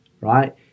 right